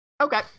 Okay